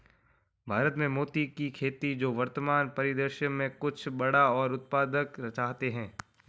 भारत में मोती की खेती जो वर्तमान परिदृश्य में कुछ बड़ा और उत्पादक चाहते हैं